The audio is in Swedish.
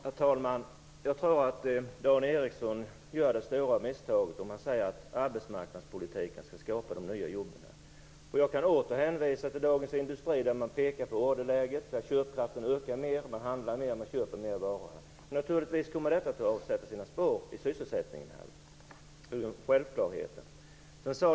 Herr talman! Jag tror att Dan Ericsson gör ett stort misstag om han säger att arbetsmarknadspolitiken skall skapa de nya jobben. Jag kan åter hänvisa till Dagens Industri, där det pekas på orderläget, på att köpkraften ökar mer och på att man handlar mer varor. Naturligtvis kommer detta att sätta sina spår i sysselsättningen. Det är självklarheter.